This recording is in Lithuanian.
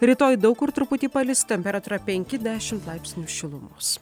rytoj daug kur truputį palis temperatūra penki dešimt laipsnių šilumos